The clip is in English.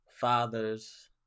fathers